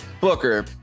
Booker